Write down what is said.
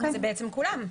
זה בעצם כולם.